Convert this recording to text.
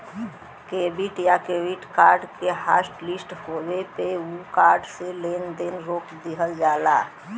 debit या credit card के hotlist होये पे उ कार्ड से लेन देन रोक दिहल जाला